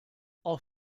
auch